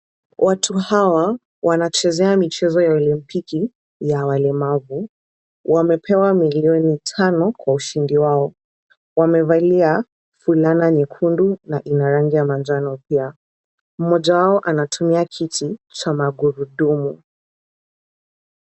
Watu hawa wanachezea michezo ya olimpiki ya walemavu. Wamepewa millioni tano kwa ushindi wao. Wamevalia fulana nyekundu na ina rangi ya manjano pia. Mmoja wao anatumia kiti cha magurudumu.